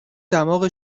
دماغ